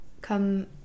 come